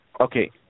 Okay